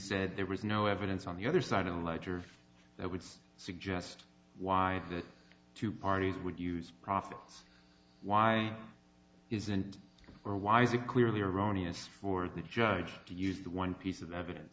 said there was no evidence on the other side of a lighter that would suggest why the two parties would use profits why isn't there why is it clearly erroneous for the judge to use the one piece of evidence